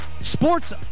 sports